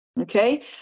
Okay